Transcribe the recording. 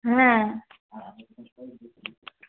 হ্যাঁ